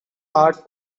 hard